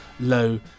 low